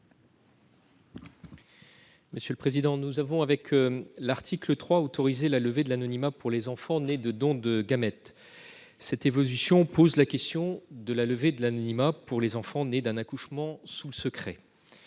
Avec l'article 3, nous avons autorisé la levée de l'anonymat pour les enfants nés de dons de gamètes. Cette évolution pose la question de la levée de l'anonymat pour les enfants nés d'un accouchement sous le secret.